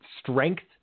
strength